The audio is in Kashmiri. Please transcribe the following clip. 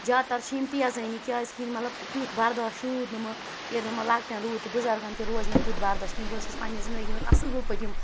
جادتَر چھِ یِم تیزٲنی کیازکہِ مطلب تَیُتھ بَرداش روٗد نہٕ وۄنۍ ییٚلہِ نہٕ وۄنۍ لۄکٹٮ۪ن روٗد تہٕ بٕزَرگَن تہِ روزِ نہٕ تِیُتھ بَرداش کِہیٖنۍ بہٕ حظ چھس پَننہِ زِندگی منٛز اصل پٲٹھۍ یِم